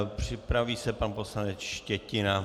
Připraví se pan poslanec Štětina.